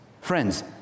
Friends